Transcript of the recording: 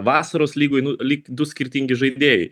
vasaros lygoj nu lyg du skirtingi žaidėjai